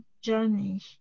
journey